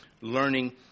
learning